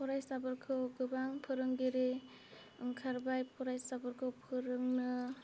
फरायसाफोरखौ गोबां फोरोंगिरि ओंखारबाय फरायसाफोरखौ फोरोंनो